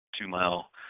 two-mile